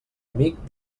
amic